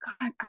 god